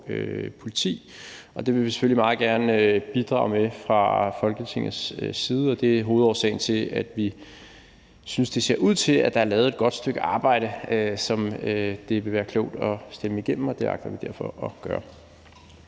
politi. Det vil vi selvfølgelig meget gerne bidrage til fra Folketingets side, og det er hovedårsagen til, at vi synes, det ser ud til, at der er lavet et godt stykke arbejde, som det vil være klogt at stemme igennem. Det agter vi derfor at gøre.